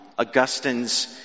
Augustine's